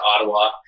Ottawa